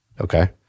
Okay